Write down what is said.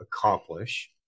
accomplish